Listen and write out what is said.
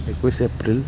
একৈছ এপ্ৰিল